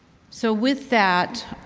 so with that,